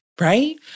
right